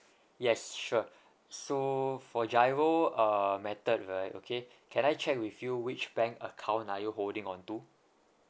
yes sure so for GIRO uh method right okay can I check with you which bank account are you holding on to